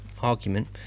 argument